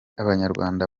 abanyarwanda